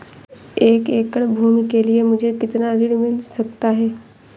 एक एकड़ भूमि के लिए मुझे कितना ऋण मिल सकता है?